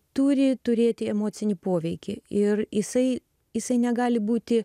turi turėti emocinį poveikį ir jisai jisai negali būti